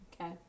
Okay